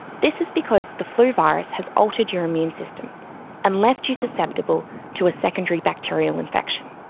this is because the flu virus has altered your immune system and left you susceptible to a secondary bacterial infection.